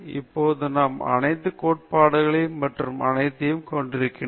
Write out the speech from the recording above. இப்போது நாம் அனைத்து கோட்பாடுகளையும் மற்றும் அனைத்தையும் கண்டிருக்கிறோம் ஏன்